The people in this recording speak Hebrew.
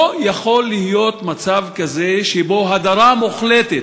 לא יכול להיות מצב כזה של הדרה מוחלטת,